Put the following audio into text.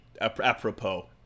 apropos